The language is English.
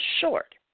short